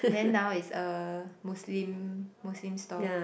then now is a Muslim Muslim stall